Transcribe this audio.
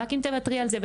רק אם תוותרי על זה,